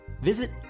Visit